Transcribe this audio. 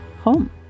home